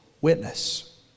witness